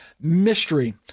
mystery